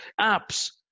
apps